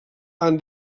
han